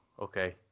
okay